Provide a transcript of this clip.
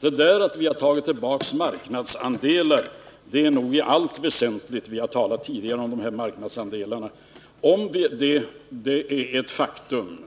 Detta att vi tagit tillbaka marknadsandelar är nog i allt väsentligt — och detta har vi tidigare talat om —